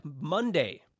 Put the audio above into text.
Monday